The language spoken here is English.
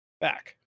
back